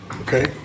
okay